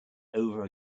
over